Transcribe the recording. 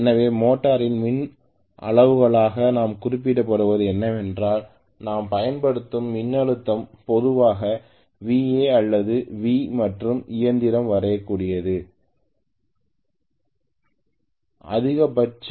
எனவே மோட்டரில் மின் அளவுகளாக நாம் குறிப்பிடுவது என்னவென்றால் நான் பயன்படுத்தும் மின்னழுத்தம் பொதுவாக Va அல்லது V மற்றும் இயந்திரம் வரையக்கூடிய அதிகபட்ச வரி மின்னோட்டம் என்ன